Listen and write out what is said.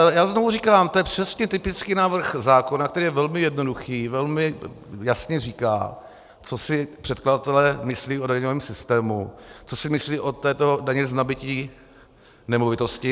Ale já znovu říkám, to je přesně typický návrh zákona, který je velmi jednoduchý, velmi jasně říká, co si předkladatelé myslí o daňovém systému, co si myslí o této dani z nabytí nemovitosti.